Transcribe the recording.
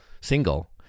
single